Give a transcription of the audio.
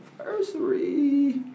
anniversary